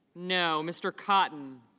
know. mr. cotton